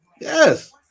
yes